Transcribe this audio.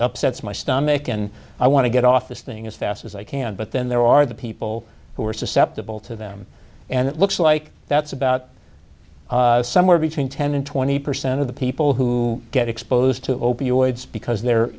upsets my stomach and i want to get off this thing as fast as i can but then there are the people who are susceptible to them and it looks like that's about somewhere between ten and twenty percent of the people who get exposed to opioids because they're